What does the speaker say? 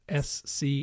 SC